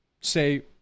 say